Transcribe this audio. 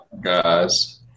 Guys